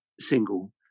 single